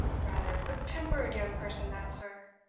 rather a quick-tempered young person that, sir,